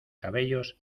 cabellos